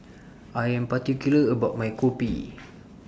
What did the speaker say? I Am particular about My Kopi